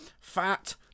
fat